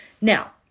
Now